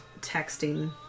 texting